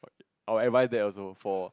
I will advise that also for